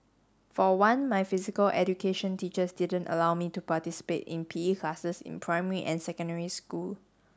for one my physical education teachers didn't allow me to participate in P E classes in primary and secondary school